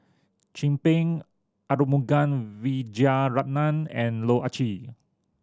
Chin Peng Arumugam Vijiaratnam and Loh Ah Chee